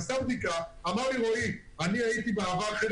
עשה בדיקה ואמר לי: אני הייתי בעבר חלק